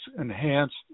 enhanced